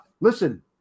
listen